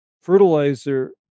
fertilizer